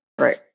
right